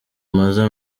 maze